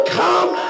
come